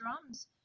drums